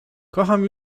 kocham